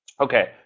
Okay